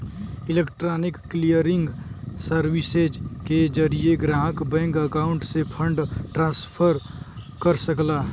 electronic clearing services के जरिये ग्राहक बैंक अकाउंट से फंड ट्रांसफर कर सकला